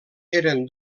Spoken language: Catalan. eren